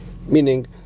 Meaning